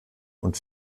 und